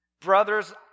Brothers